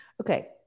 Okay